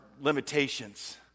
limitations